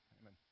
Amen